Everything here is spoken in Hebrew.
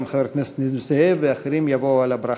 גם חברי כנסת נסים זאב ואחרים יבואו על הברכה.